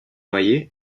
noyer